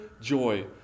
joy